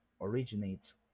originates